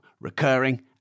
recurring